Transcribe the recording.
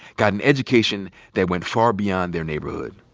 got an education that went far beyond their neighborhood.